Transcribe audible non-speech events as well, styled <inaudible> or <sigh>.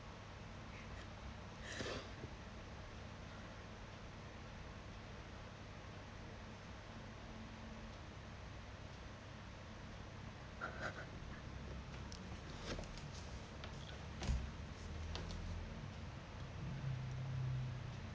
<laughs> <laughs>